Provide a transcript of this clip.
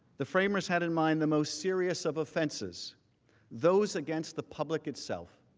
the framers had in mind the most serious of offenses those against the public itself.